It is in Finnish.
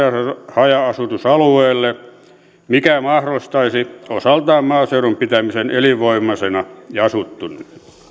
haja asutusalueille mikä mahdollistaisi osaltaan maaseudun pitämisen elinvoimaisena ja asuttuna